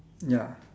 ya